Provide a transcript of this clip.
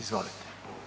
Izvolite.